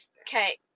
Okay